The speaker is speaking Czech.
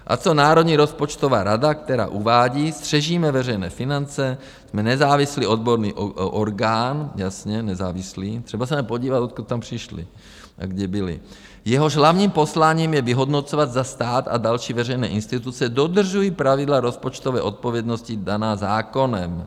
A co Národní rozpočtová rada, která uvádí: Střežíme veřejné finance, jsme nezávislý odborný orgán jasně, nezávislý, třeba se nepodíval, odkud tam přišli a kde byli jehož hlavním posláním je vyhodnocovat zda stát a další veřejné instituce dodržují pravidla rozpočtové odpovědnosti daná zákonem.